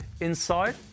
inside